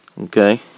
Okay